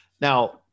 Now